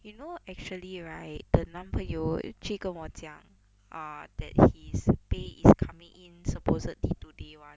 you know actually right the 男朋友去跟我讲 uh that his pay is coming in supposedly today [one]